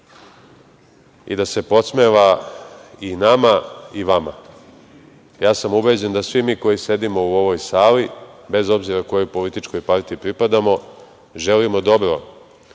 i da se podsmeva i nama i vama. Ja sam ubeđen da svi mi koji sedimo u ovoj sali, bez obzira kojoj političkoj partiji pripadamo, želimo dobro